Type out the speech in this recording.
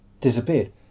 disappeared